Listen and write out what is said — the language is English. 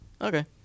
Okay